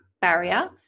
barrier